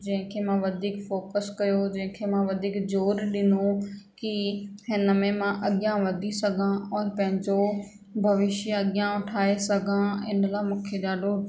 जंहिंखे मां वधीक फोकस कयो जंहिंखे मां वधीक ज़ोर ॾिनो की हिन में मां अॻियां वधी सघां औरि पंहिंजो भविष्य अॻियां ठाहे सघां इन लाइ मूंखे ॾाढो